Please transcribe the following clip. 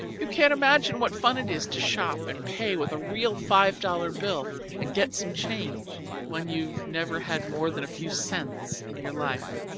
you can't imagine what fun it is to shop and pay with a real five-dollar bill and get some change when you've never had more than a few cents in your life.